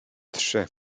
trzy